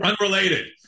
Unrelated